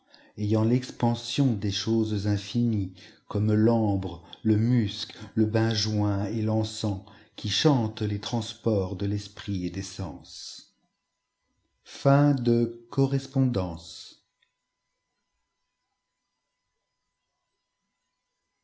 ayant l'expansion des choses infinies comme l'ambre le musc le benjoin et l'encens qui chantent les transports de l'esprit et des